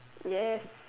yes